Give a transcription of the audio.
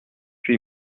huit